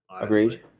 Agreed